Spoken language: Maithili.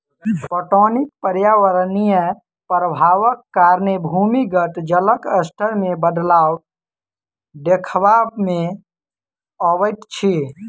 पटौनीक पर्यावरणीय प्रभावक कारणें भूमिगत जलक स्तर मे बदलाव देखबा मे अबैत अछि